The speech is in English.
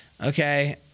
Okay